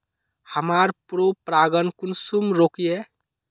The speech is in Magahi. हमार पोरपरागण कुंसम रोकीई?